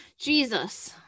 Jesus